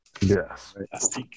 Yes